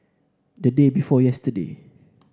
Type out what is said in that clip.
the day before yesterday